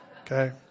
Okay